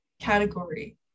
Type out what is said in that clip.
category